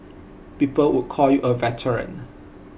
people would call you A veteran